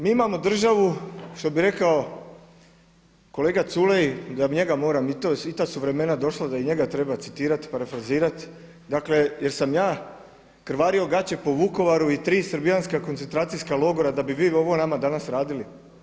Mi imamo državu što bi rekao kolega Culej, i ta su vremena došla da i njega treba citirati, parafrazirat dakle jer sam ja krvario gaće po Vukovaru i tri srbijanska koncentracijska logora da bi vi ovo nama danas radili.